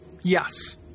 Yes